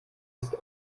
ist